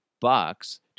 bucks